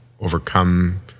overcome